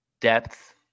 depth